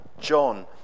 John